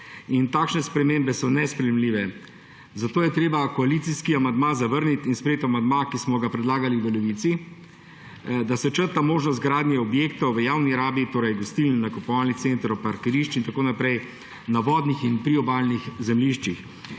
Takšne spremembe so nesprejemljive, zato je treba koalicijski amandma zavrniti in sprejeti amandma, ki smo ga predlagali v Levici, da se črta možnost gradnje objektov v javni rabi, torej gostiln, nakupovalnih centrov, parkirišč in tako naprej na vodnih in priobalnih zemljiščih